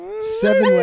Seven